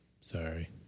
Sorry